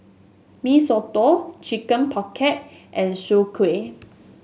Mee Soto Chicken Pocket and Soon Kway